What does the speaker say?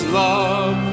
love